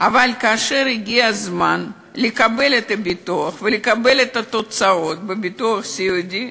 אבל כאשר הגיע הזמן לקבל את הביטוח ולקבל את התוצאות בביטוח הסיעודי,